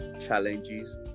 challenges